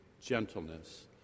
gentleness